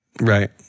Right